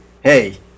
hey